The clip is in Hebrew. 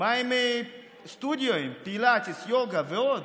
מה עם שיעורי סטודיו, פילאטיס, יוגה ועוד?